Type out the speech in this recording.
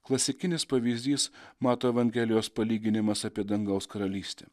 klasikinis pavyzdys mato evangelijos palyginimas apie dangaus karalystę